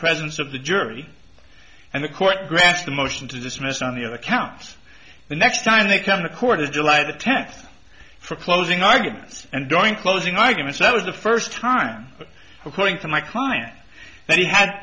presence of the jury and the court grants the motion to dismiss on the other counts the next time they come to court is july the tenth for closing arguments and during closing arguments that was the first time according to my client that he had